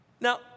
Now